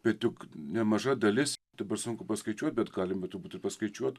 bet juk nemaža dalis dabar sunku paskaičiuoti bet galime kitu būdu paskaičiuoti